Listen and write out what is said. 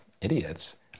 idiots